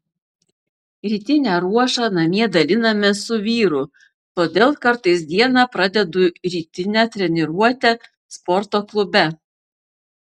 rytinę ruošą namie dalinamės su vyru todėl kartais dieną pradedu rytine treniruote sporto klube